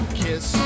kiss